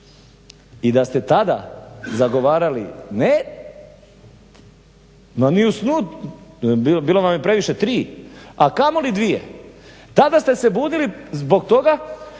i da ste tada zagovarali ne, ma ni u snu bilo vam je previše 3, a kamoli 2. Tada ste se bunili zbog toga